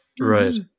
right